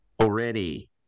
already